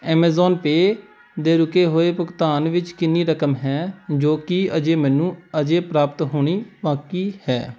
Amazon Pay ਦੇ ਰੁਕੇ ਹੋਏ ਭੁਗਤਾਨ ਵਿੱਚ ਕਿੰਨੀ ਰਕਮ ਹੈ ਜੋ ਕਿ ਅਜੇ ਮੈਨੂੰ ਅਜੇ ਪ੍ਰਾਪਤ ਹੋਣੀ ਬਾਕੀ ਹੈ